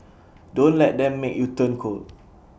don't let them make you turn cold